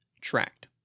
tract